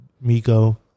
Miko